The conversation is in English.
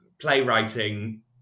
playwriting